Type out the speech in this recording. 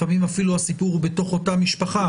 לפעמים אפילו הסיפור באותה משפחה